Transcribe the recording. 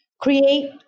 create